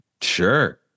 Sure